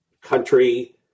country